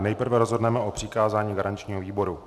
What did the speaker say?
Nejprve rozhodneme o přikázání garančnímu výboru.